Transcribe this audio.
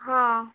ହଁ